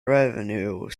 revenue